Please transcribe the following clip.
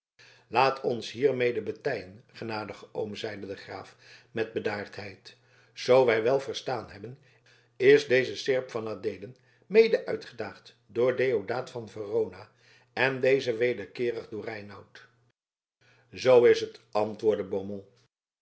laat ons hiermede betijen genadige oom zeide de graaf met bedaardheid zoo wij wel verstaan hebben is deze seerp van adeelen mede uitgedaagd door deodaat van verona en deze wederkeerig door reinout zoo is het antwoordde